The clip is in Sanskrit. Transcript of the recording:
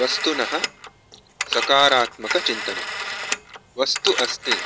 वस्तुनः सकारात्मकचिन्तनम् वस्तु अस्ति